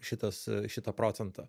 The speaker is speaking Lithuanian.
šitas šitą procentą